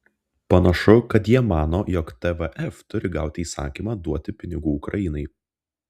panašu kad jie mano jog tvf turi gauti įsakymą duoti pinigų ukrainai